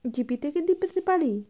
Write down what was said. জিপে থেকে দিতে পারি